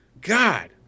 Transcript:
God